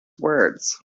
words